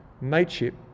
mateship